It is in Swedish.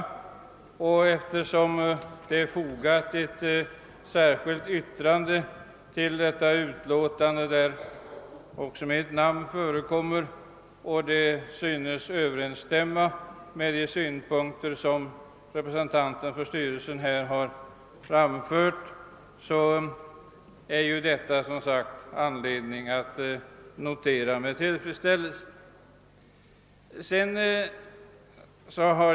Jag vill med tillfredsställelse notera att det särskilda yttrande — där också mitt namn förekommer — vilket är fogat till utlåtandet överensstämmer med de synpunkter som här har framförts från denne representant.